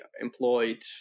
employed